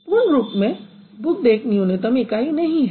पूर्ण रूप में बुक्ड एक न्यूनतम इकाई नहीं है